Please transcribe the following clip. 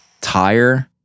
tire